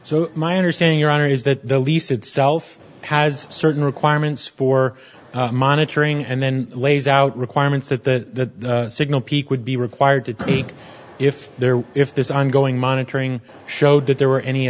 so my understanding your honor is that the lease itself has certain requirements for monitoring and then lays out requirements that that signal peak would be required to take if there were if this ongoing monitoring showed that there were any